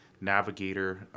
navigator